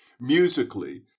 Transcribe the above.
musically